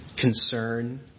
concern